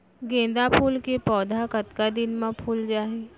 गेंदा फूल के पौधा कतका दिन मा फुल जाही?